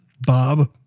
Bob